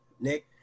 Nick